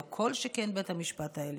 כל שכן בית המשפט העליון.